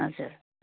हजुर